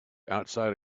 outside